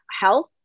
health